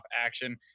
action